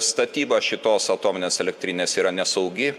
statyba šitos atominės elektrinės yra nesaugi